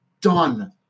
done